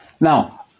Now